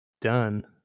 done